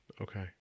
Okay